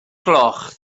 gloch